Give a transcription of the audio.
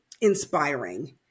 inspiring